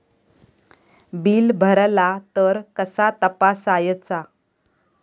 Bill भरला तर कसा तपसायचा?